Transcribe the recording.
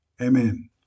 Amen